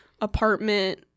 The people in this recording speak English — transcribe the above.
apartment